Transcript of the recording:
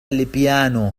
البيانو